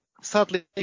sadly